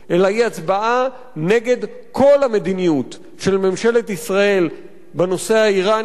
אלא היא הצבעה נגד כל המדיניות של ממשלת ישראל בנושא האירני,